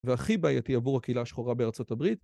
והכי בעייתי עבור הקהילה השחורה בארצות הברית